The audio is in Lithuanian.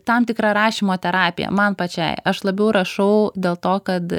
tam tikra rašymo terapija man pačiai aš labiau rašau dėl to kad